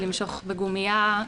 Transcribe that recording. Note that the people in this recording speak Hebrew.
למשוך בגומייה,